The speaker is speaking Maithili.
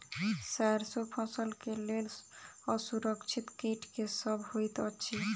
सैरसो फसल केँ लेल असुरक्षित कीट केँ सब होइत अछि?